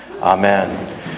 Amen